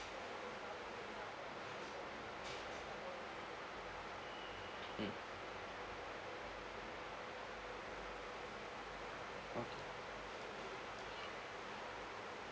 mm okay